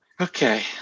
okay